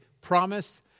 promise